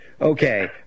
Okay